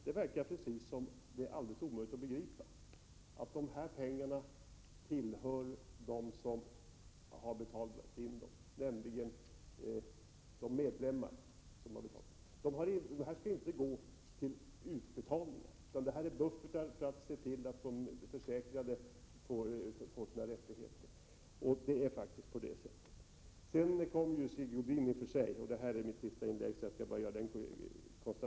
Det verkar precis som om det är omöjligt att begripa att pengarna tillhör dem som har betalat in dem, nämligen medlemmarna. Det här är inte pengar som skall gå till utbetalningar, utan de skall användas till att utgöra en buffert, så att de försäkrade garanteras sina rättigheter. Det förhåller sig faktiskt på det sättet. Slutligen vill jag bara konstatera att denna reservation 9 måste vara felplacerad. Den skulle ha funnits i något annat betänkande, men det är nog svårt att tänka sig i vilket.